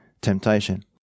temptation